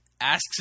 asks